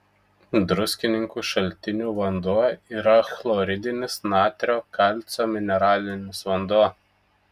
druskininkų šaltinių vanduo yra chloridinis natrio kalcio mineralinis vanduo